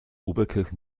oberkirch